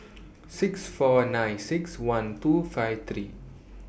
six four nine six one two five three